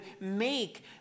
make